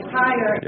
higher